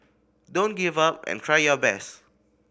don't give up and try your best